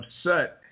upset